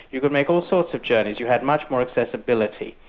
you could make all sorts of journeys, you had much more accessibility.